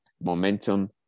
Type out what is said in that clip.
momentum